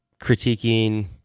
critiquing